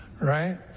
Right